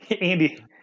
Andy